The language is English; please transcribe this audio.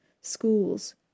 schools